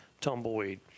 Tumbleweed